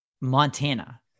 Montana